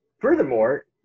Furthermore